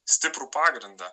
stiprų pagrindą